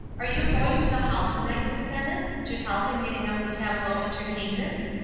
are you going to the hall to-night, miss dennis, to help in getting up the tableau entertainment?